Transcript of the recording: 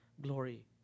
glory